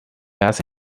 hace